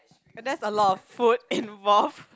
and that's a lot of food involved